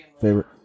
favorite